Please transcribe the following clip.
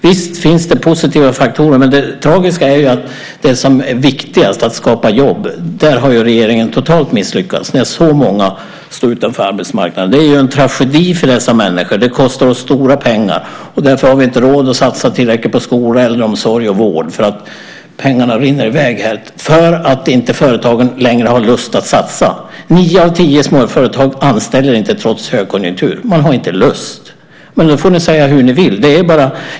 Visst finns det positiva faktorer, men det tragiska är att när det gäller det som är viktigast, att skapa jobb, har regeringen totalt misslyckats. Många står utanför arbetsmarknaden. Det är en tragedi för de människorna. Det kostar oss stora pengar. Därför har vi inte råd att satsa tillräckligt på skola, äldreomsorg och vård. Pengarna rinner iväg för att inte företagen längre har lust att satsa. Nio av tio småföretag anställer inte trots högkonjunktur. Man har inte lust. Ni får säga vad ni vill.